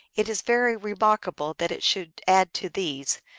it is very remark able that it should add to these,